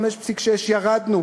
5.6%. ירדנו,